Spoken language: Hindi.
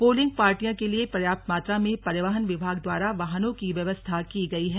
पोलिंग पार्टियों के लिए पर्याप्त मात्रा में परिवहन विभाग द्वारा वाहनों की व्यवस्था की गई है